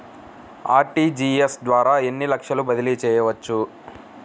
RTGS ద్వారా ఎన్ని లక్షలు బదిలీ చేయవచ్చు?